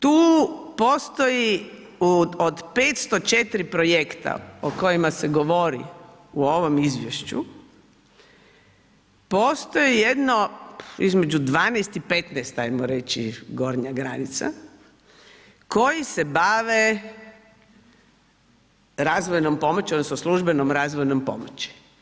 Tu postoji od 504 projekta o kojim se govori u ovom izvješću, postoji jedno između 12 i 15 ajmo reći gornja granica, koji se bave razvojnom pomoći odnosno službenom razvojnom pomoći.